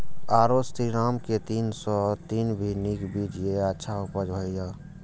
आरो श्रीराम के तीन सौ तीन भी नीक बीज ये अच्छा उपज होय इय?